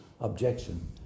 objection